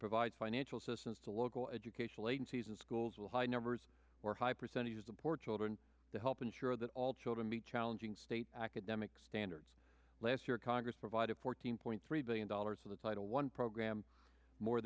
provides financial assistance to local educational agencies and schools will high numbers or high percentages of poor children to help ensure that all children be challenging state academic standards last year congress provided fourteen point three billion dollars for the title one program more